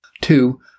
Two